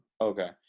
okay